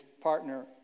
partner